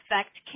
effect